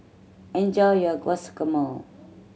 enjoy your Guacamole